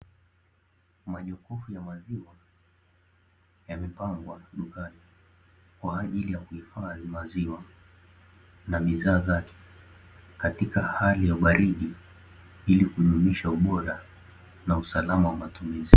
Majokofu ya maziwa yamepangwa dukani, kwa ajili ya kuhifadhi maziwa na bidhaa zake, katika hali ya ubaridi ili kudumisha ubora na usalama wa matumizi.